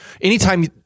anytime